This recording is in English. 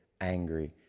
angry